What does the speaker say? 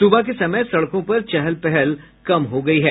सुबह के समय सड़कों पर चहल पहल कम हो गयी है